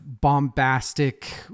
bombastic